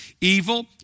evil